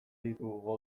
ditugu